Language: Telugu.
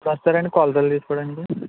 ఎప్పుడు వస్తారండి కొలతలు తీసుకోవడానికి